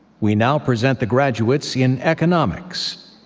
we now present the graduates in economics.